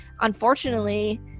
unfortunately